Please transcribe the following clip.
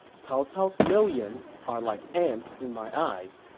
cao cao's millions are like ants in my eyes.